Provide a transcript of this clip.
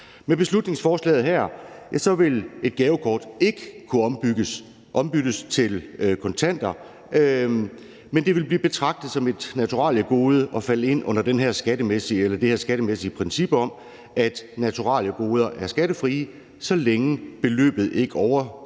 Med beslutningsforslaget her vil et gavekort ikke kunne ombyttes til kontanter, men det vil blive betragtet som et naturaliegode og falde ind under det her skattemæssige princip om, at naturaliegoder er skattefrie, så længe beløbet ikke overskrider